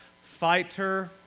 Fighter